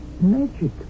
magic